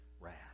wrath